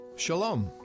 Shalom